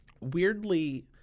weirdly